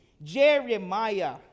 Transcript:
jeremiah